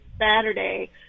Saturday